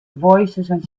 voicesand